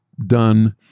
done